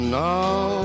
now